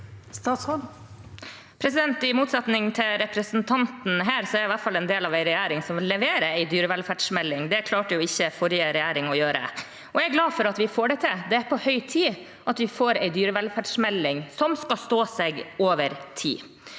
I motsetning til representanten her er jeg i hvert fall del av en regjering som leverer en dyrevelferdsmelding. Det klarte ikke forrige regjering å gjøre. Og jeg er glad for at vi får det til. Det på høy tid at vi får en dyrevelferdsmelding – som skal stå seg over tid.